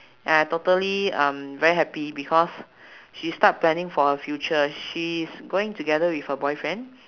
and I totally um very happy because she start planning for her future she is going together with her boyfriend